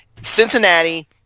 Cincinnati